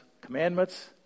commandments